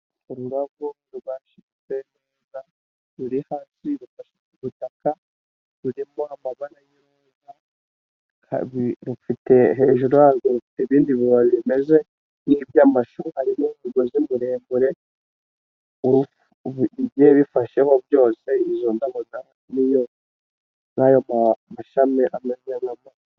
Ururabo rwashibutse neza, ruri hasi rufashe ku butaka rurimo amabara y'intuza, hejuru yarwo rufite bibabi bimeze nk'iby'amashu, hari imogozi miremure, bigiye bifasheho byose, izo ndabo n'ayo mashami ameze neza.